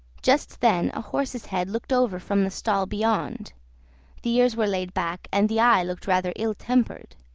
just then a horse's head looked over from the stall beyond the ears were laid back, and the eye looked rather ill-tempered.